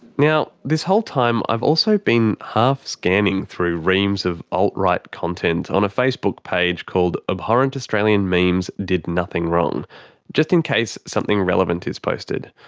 now this whole time i've also been half-scanning through reams of alt-right content on a facebook page called, abhorrent australian memes did nothing wrong just in case something relevant is posted.